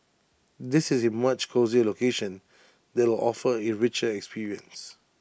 this is A much cosier location that will offer A richer experience